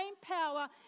power